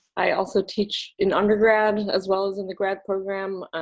i also teach in undergrad as well as in the grad program.